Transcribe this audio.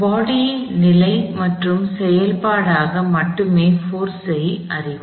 பாடி ன் நிலை மற்றும் செயல்பாடாக மட்டுமே போர்ஸ் யை அறிவார்